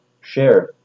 shared